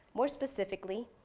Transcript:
more specifically,